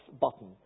button